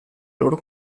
loro